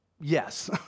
Yes